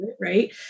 Right